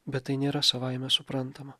bet tai nėra savaime suprantama